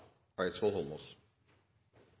Eidsvoll Holmås.